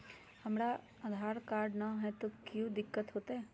हमरा आधार कार्ड न हय, तो कोइ दिकतो हो तय?